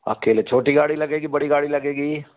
अकेले छोटी गाड़ी लगेगी बड़ी गाड़ी लगेगी